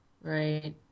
Right